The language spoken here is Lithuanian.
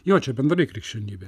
jo čia bendrai krikščionybė